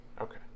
Okay